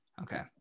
Okay